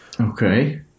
Okay